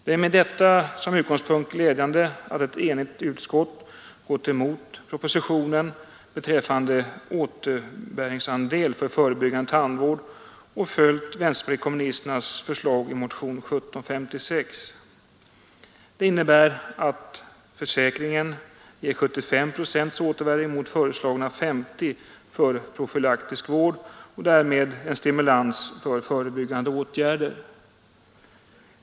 Det är från denna utgångspunkt glädjande att ett enigt utskott gått emot propositionen beträffande återbäringsandelen för förebyggande tandvård och följt vänsterpartiet kommunisternas förslag i motionen 1756. Det innebär att försäkringen ger 75 procent återbäring mot föreslagna 50 procent för profylaktisk vård och därmed en stimulans till förebyggande åtgärder.